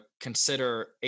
consider